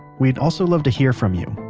we'd also love to hear from you,